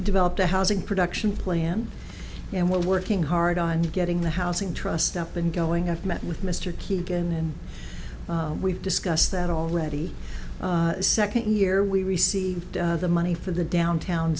developed a housing production plan and we're working hard on getting the housing trust up and going after met with mr keegan and we've discussed that already second year we received the money for the downtown